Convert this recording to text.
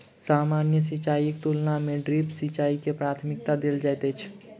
सामान्य सिंचाईक तुलना मे ड्रिप सिंचाई के प्राथमिकता देल जाइत अछि